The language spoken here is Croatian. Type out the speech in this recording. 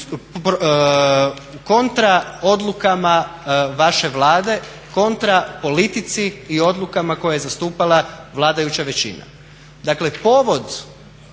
kontra odlukama vaše Vlade, kontra politici i odlukama koje je zastupala vladajuća većina.